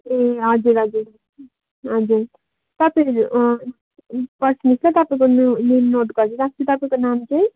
ए हजुर हजुर हजुर तपाईँहरू पर्खनु होस् ल तपाईँको म म नोट गरी राख्छु तपाईँको नाम चाहिँ